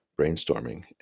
brainstorming